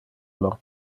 lor